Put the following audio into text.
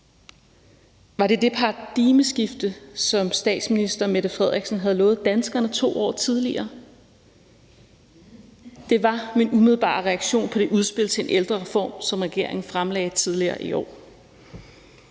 Var det det paradigmeskifte, som statsministeren havde lovet danskerne 2 år tidligere? Det var min umiddelbare reaktion på det udspil til en ældrereform, som regeringen fremlagde tidligere i år.